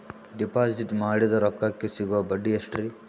Deposit ಮಾಡಿದ ರೊಕ್ಕಕೆ ಸಿಗುವ ಬಡ್ಡಿ ಎಷ್ಟ್ರೀ?